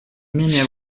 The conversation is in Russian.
менее